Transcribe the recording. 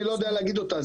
אני לא יודע להגיד אותה,